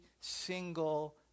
single